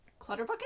Clutterbucket